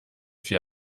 viel